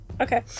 Okay